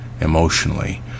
emotionally